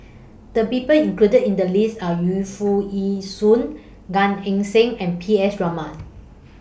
The People included in The list Are Yu Foo Yee Shoon Gan Eng Seng and P S Raman